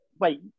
Wait